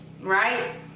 right